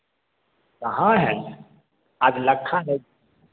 कहाँ है आज लक्खा नहीं